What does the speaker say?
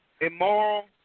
immoral